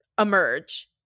emerge